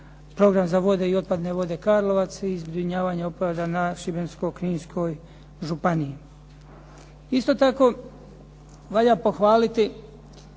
program za vode i otpadne vode Karlovac i zbrinjavanje otpada na Šibensko-kninskoj županiji. Isto tako valja pohvaliti